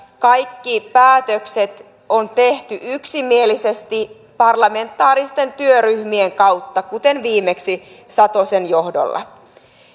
kaikki päätökset on tehty yksimielisesti parlamentaaristen työryhmien kautta kuten viimeksi satosen johdolla